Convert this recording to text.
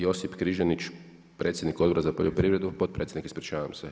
Josip Križanić, predsjednik Odbora za poljoprivredu, potpredsjednik ispričavam se.